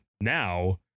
now